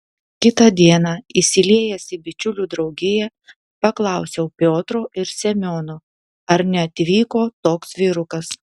kitą dieną įsiliejęs į bičiulių draugiją paklausiau piotro ir semiono ar neatvyko toks vyrukas